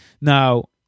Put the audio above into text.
Now